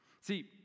see